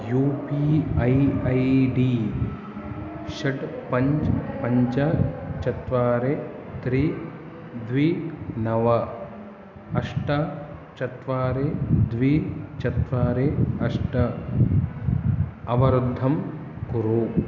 you P I I D षट् पञ्च पञ्च चत्वारि त्रि द्वि नव अष्ट चत्वारि द्वि चत्वारि अष्ट अवरुद्धं कुरु